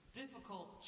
difficult